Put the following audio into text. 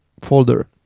folder